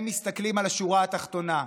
הם מסתכלים על השורה התחתונה: